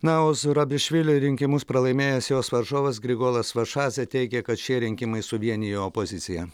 na o zurabišvili rinkimus pralaimėjęs jos varžovas grigolas vašadzė teigia kad šie rinkimai suvienijo opoziciją